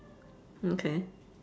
okay